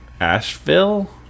Asheville